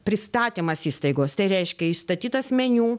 pristatymas įstaigos tai reiškia išstatytas meniu